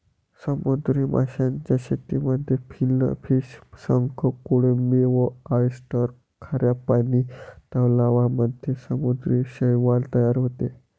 समुद्री माशांच्या शेतीमध्ये फिनफिश, शंख, कोळंबी व ऑयस्टर, खाऱ्या पानी तलावांमध्ये समुद्री शैवाल तयार होते